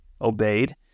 obeyed